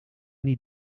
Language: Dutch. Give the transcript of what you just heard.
niet